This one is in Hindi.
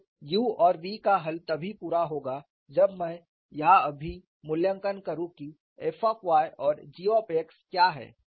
तो u और v का हल तभी पूरा होगा जब मैं यह भी मूल्यांकन करूँ कि f और g क्या हैं